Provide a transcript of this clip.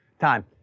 time